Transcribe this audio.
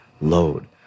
load